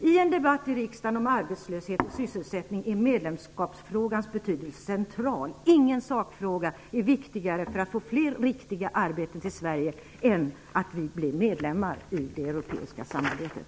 I en debatt i riksdagen om arbetslöshet och sysselsättning är medlemskapsfrågans betydelse central. Ingen sakfråga är viktigare för att få fler riktiga arbeten till Sverige än att vi blir medlemmar i det europeiska samarbetet.